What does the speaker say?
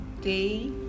day